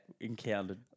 encountered